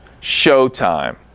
Showtime